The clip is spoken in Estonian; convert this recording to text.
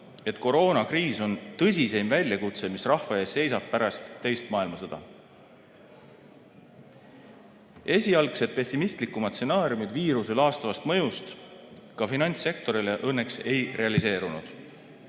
et koroonakriis on tõsiseim väljakutse, mis rahva ees seisab pärast teist maailmasõda. Esialgsed pessimistlikumad stsenaariumid viiruse laastavast mõjust ka finantssektorile õnneks ei realiseerunud.